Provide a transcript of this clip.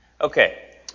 Okay